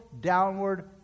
downward